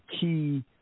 key